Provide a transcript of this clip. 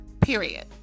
period